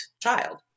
child